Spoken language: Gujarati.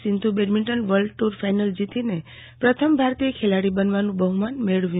Sindhu badminton world tour final જીતીને પ્રથમ ભારતીય ખેલાડી બનવાનું બહુમાન મેળવ્યું